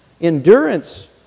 endurance